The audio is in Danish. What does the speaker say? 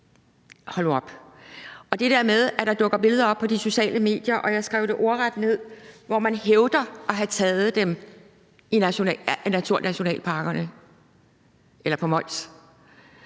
forhold til det der med, at der dukker billeder op på de sociale medier – og jeg skrev det ordret ned – hvor man »hævder« at have taget dem i naturnationalparkerne eller på Mols,